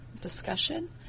discussion